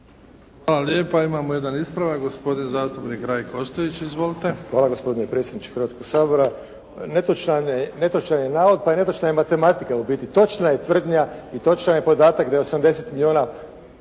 Hvala lijepa. Imamo jedan ispravak, gospodin zastupnik Rajko Ostojić. Izvolite. **Ostojić, Rajko (SDP)** Hvala gospodine predsjedniče Hrvatskog sabora. Netočan je navod, pa je netočna i matematika ubiti. Točna je tvrdnja i točan je podatak da je 80 milijuna